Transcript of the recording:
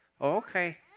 okay